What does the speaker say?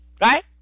Right